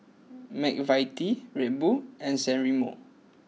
McVitie's Red Bull and San Remo